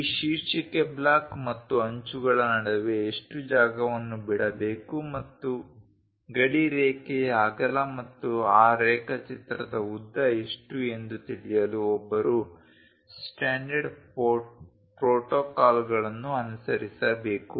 ಈ ಶೀರ್ಷಿಕೆ ಬ್ಲಾಕ್ ಮತ್ತು ಅಂಚುಗಳ ನಡುವೆ ಎಷ್ಟು ಜಾಗವನ್ನು ಬಿಡಬೇಕು ಮತ್ತು ಗಡಿ ರೇಖೆಯ ಅಗಲ ಮತ್ತು ಆ ರೇಖಾಚಿತ್ರದ ಉದ್ದ ಎಷ್ಟು ಎಂದು ತಿಳಿಯಲು ಒಬ್ಬರು ಸ್ಟ್ಯಾಂಡರ್ಡ್ ಪ್ರೋಟೋಕಾಲ್ಗಳನ್ನು ಅನುಸರಿಸಬೇಕು